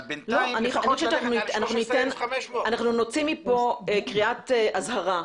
אבל בינתיים לפחות ללכת על 13,500. אנחנו נוציא מפה קריאת אזהרה.